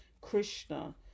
krishna